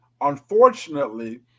unfortunately